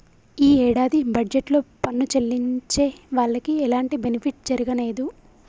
యీ యేడాది బడ్జెట్ లో పన్ను చెల్లించే వాళ్లకి ఎలాంటి బెనిఫిట్ జరగనేదు